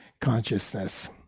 consciousness